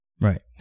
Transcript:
Right